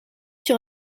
sur